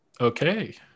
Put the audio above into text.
okay